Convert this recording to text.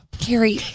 Carrie